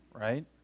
right